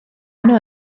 yno